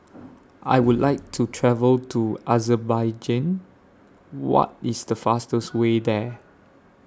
I Would like to travel to Azerbaijan What IS The fastest Way There